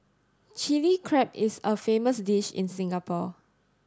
Chilli Crab is a famous dish in Singapore